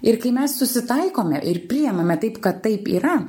ir kai mes susitaikome ir priimame taip kad taip yra